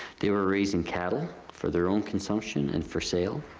they were raising cattle for their own consumption and for sale.